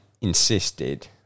insisted